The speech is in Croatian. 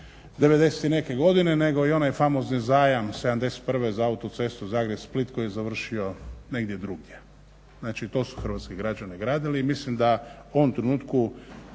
i neke godine nego i onaj famozni zajam '71. za Autocestu Zagreb-Split koji je završio negdje drugdje. Znači to su hrvatski građani gradili i mislim da u ovom trenutku